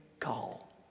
call